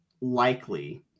likely